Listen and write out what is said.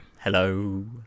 Hello